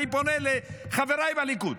אני פונה לחבריי בליכוד: